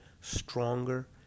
stronger